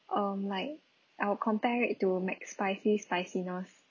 um like I would compare it to McSpicy spiciness